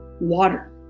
water